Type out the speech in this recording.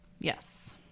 yes